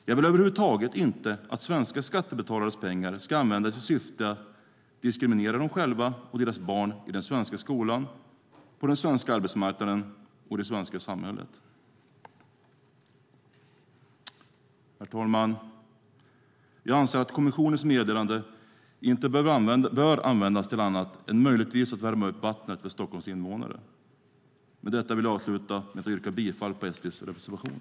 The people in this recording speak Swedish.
Jag vill över huvud taget inte att svenska skattebetalares pengar ska användas i syfte att diskriminera dem själva och deras barn i den svenska skolan, på den svenska arbetsmarknaden och i det svenska samhället. Herr talman! Jag anser att kommissionens meddelande inte bör användas till annat än möjligtvis att värma upp vattnet för Stockholms invånare. Jag yrkar bifall till SD:s reservation.